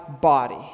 body